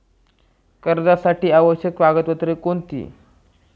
कर्जासाठी आवश्यक कागदपत्रे कोणती?